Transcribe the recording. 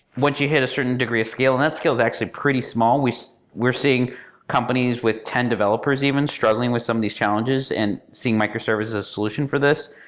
once you hit a certain degree of scale and that scale is actually pretty small. we're we're seeing companies with ten developers even struggling with some of these challenges and seeing microservices as a solution for this.